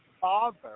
father